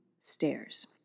stairs